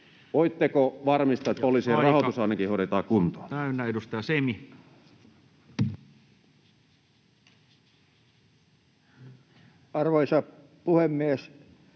Voitteko varmistaa, että ainakin poliisien rahoitus hoidetaan kuntoon? Aika täynnä. — Edustaja Semi. Arvoisa puhemies!